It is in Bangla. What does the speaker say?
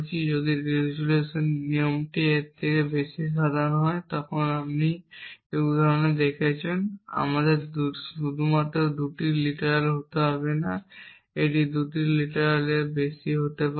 যদি রেজোলিউশন নিয়মটি এর চেয়ে বেশি সাধারণ হয় যেমন আপনি এই উদাহরণে দেখেছেন আমাদের শুধুমাত্র 2 লিটারেল হতে হবে না এটি 2 লিটারেলের বেশি হতে পারে